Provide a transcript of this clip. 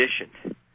conditioned